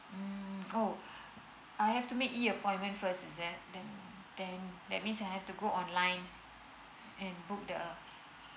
mm oh I have to make E appointment first is it then then that means I have to go online and book the